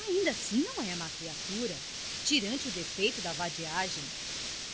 ainda assim não e má criatura tirante o defeito da vadiagem